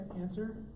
answer